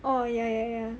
oh ya ya ya